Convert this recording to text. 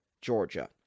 Georgia